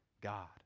God